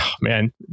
man